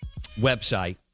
website